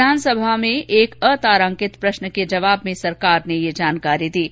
विधानसभा में एक अतारांकित प्रश्न के जवाब में सरकार ने यह जानकारी दी है